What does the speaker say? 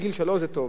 צהרונים זה טוב.